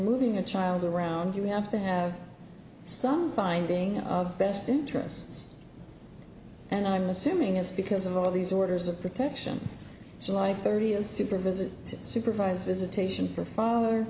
moving a child around you have to have some finding of best interests and i'm assuming it's because of all these orders of protection so like thirty a super visit to supervised visitation for f